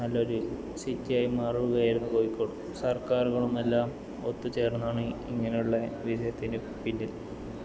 നല്ലൊരു സിറ്റിയായി മാറുകയായിരുന്നു കോഴിക്കോട് സർക്കാരുകളുമെല്ലാം ഒത്തുചേർന്നാണ് ഇങ്ങനെയുള്ള വിജയത്തിന് പിന്നിൽ